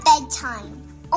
bedtime